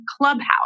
Clubhouse